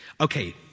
Okay